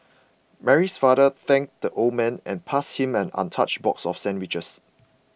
Mary's father thanked the old man and passed him an untouched box of sandwiches